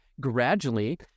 gradually